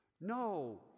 No